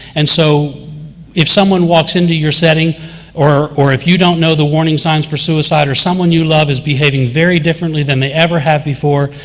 and so if someone walks into your setting or or if you don't know the warning signs for suicide, or someone you love is behaving very differently than they ever have before,